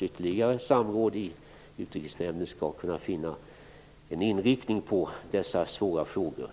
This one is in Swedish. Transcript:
ytterligare samråd i utrikesnämnden, i den mån det behövs, skall kunna finna en inriktning för dessa svåra frågor.